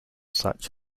such